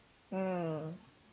mm